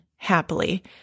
happily